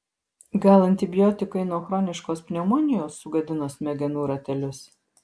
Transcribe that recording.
gal antibiotikai nuo chroniškos pneumonijos sugadino smegenų ratelius